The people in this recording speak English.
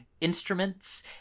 instruments